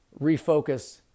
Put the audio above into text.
refocus